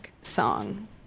song